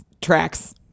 tracks